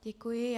Děkuji.